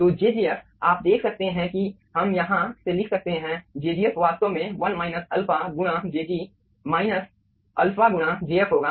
तो jgf आप देख सकते हैं कि हम यहाँ से लिख सकते हैं jgf वास्तव में 1 अल्फा गुणा jg माइनस अल्फा गुणा jf होगा